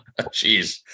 Jeez